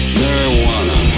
marijuana